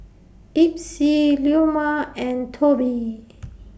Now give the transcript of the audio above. Epsie Leoma and Tobi